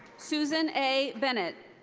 susan a. bennett.